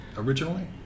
originally